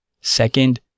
Second